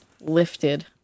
Lifted